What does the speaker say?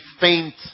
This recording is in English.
faint